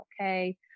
okay